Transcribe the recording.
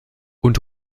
und